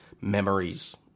memories